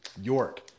York